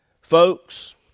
Folks